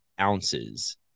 ounces